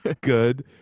good